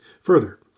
Further